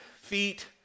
feet